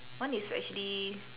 one is actually